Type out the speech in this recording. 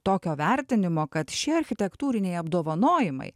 tokio vertinimo kad šie architektūriniai apdovanojimai